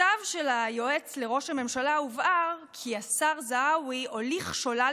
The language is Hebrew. במכתב של היועץ לראש הממשלה הובהר כי השר זהאווי הוליך שולל